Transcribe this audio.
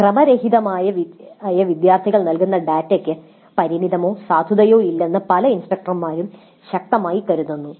"ക്രമരഹിതമായ" വിദ്യാർത്ഥികൾ നൽകുന്ന ഡാറ്റയ്ക്ക് പരിമിതമോ സാധുതയോ ഇല്ലെന്ന് പല ഇൻസ്ട്രക്ടർമാരും ശക്തമായി കരുതുന്നു